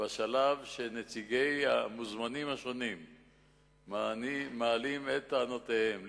בשלב שנציגי המוזמנים השונים מעלים את טענותיהם.